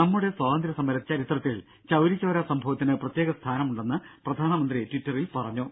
നമ്മുടെ സ്വാതന്ത്ര്യ സമര ചരിത്രത്തിൽ ചൌരി ചൌരാ സംഭവത്തിന് പ്രത്യേക സ്ഥാനമുണ്ടെന്ന് പ്രധാനമന്ത്രി ട്വിറ്ററിൽ പറഞ്ഞു